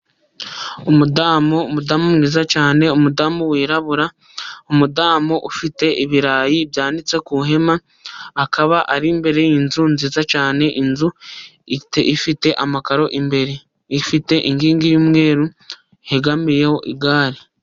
Umudamu mwiza cyane, umudamu wirabura, umudamu ufite ibirayi byanitse ku ihema, akaba ari imbere y'inzu nziza cyane. Inzu ifite amakaro, imbere ifite inkingi y'umweru, hegamiyeho igare.